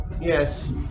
Yes